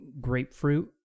grapefruit